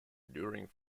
during